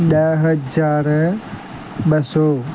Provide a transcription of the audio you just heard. ॾह हज़ार ॿ सौ